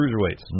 Cruiserweights